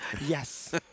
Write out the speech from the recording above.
Yes